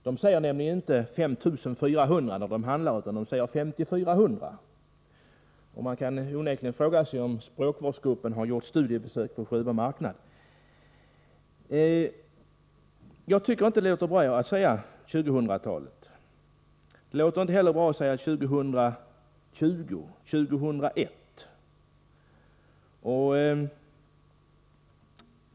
De säger nämligen inte fem tusen fyra hundra när de handlar, utan de säger femtiofyra hundra. Man kan fråga sig om språkvårdsgruppen har gjort studiebesök på Sjöbo marknad. Jag tycker inte att det låter bra att säga tjugohundratalet. Det låter inte heller bra att säga tjugohundratjugo eller tjugohundraett.